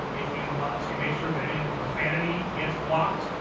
if you want to make sure that anything with profanity gets blocked,